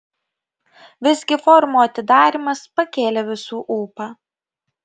visgi forumo atidarymas pakėlė visų ūpą